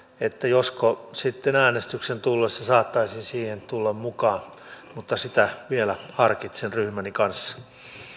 että josko sitten äänestyksen tullessa saattaisin siihen tulla mukaan mutta sitä vielä harkitsen ryhmäni kanssa